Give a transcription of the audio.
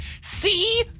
see